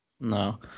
no